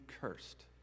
cursed